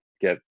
get